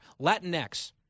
Latinx